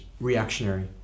reactionary